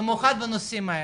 במיוחד בנושאים האלו,